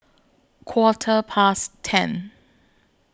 Quarter Past ten